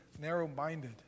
narrow-minded